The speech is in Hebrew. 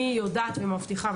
אני יודעת ומבטיחה,